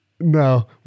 no